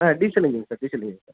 ah diesel engine sir diesel engine sir